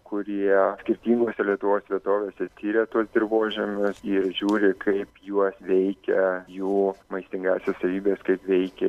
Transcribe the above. kurie skirtingose lietuvos vietovėse tiria tuos dirvožemius ir žiūri kaip juos veikia jų maistingąsias savybes kaip veikia